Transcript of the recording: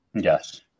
yes